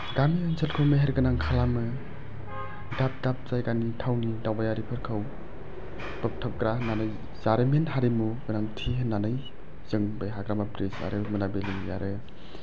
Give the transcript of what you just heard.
गामि ओन्सोलखौ मेहेरगोनां खालामो दाब दाब जायगानि थावनि दावबायारिफोरखौ बोगथाबग्रा होननानै जारिमिन हारिमु गोनांथि होननानै जों बे हाग्रामा ब्रिद्ज आरो मोनाबिलि आरो